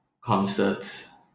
concerts